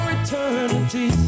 eternity